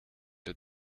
did